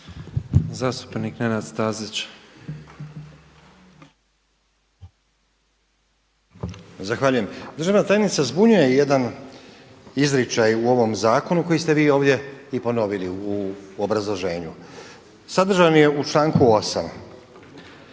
**Stazić, Nenad (SDP)** Zahvaljujem. Državna tajnica zbunjuje jedan izričaj u ovom zakonu koji ste vi ovdje i ponovili u obrazloženju. Sadržan je u članku 8.